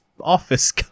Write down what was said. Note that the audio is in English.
Office